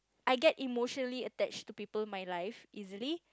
I get emotionally attached to people in my life easily